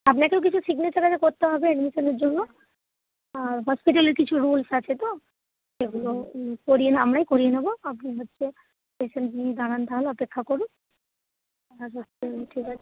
আপনাকেও কিছু সিগনেচারের আগে করতে হবে অ্যাডমিশানের জন্য আর হসপিটালের কিছু রুলস আছে তো সেগুলো করিয়ে আমরাই করিয়ে নেবো আপনি হচ্ছে পেশেন্ট নিয়ে দাঁড়ান থাহলে অপেক্ষা করুন তারপর ঠিক আছে